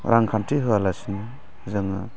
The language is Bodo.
रांखान्थि होआलासिनो जोङो